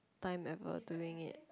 time ever doing it